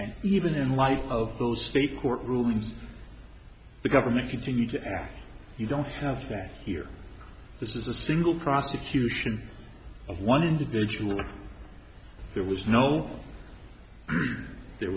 and even in light of those state court rulings the government continue to act you don't have here this is a single prosecution of one individual there was no there